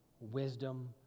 wisdom